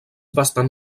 bastant